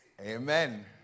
Amen